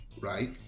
Right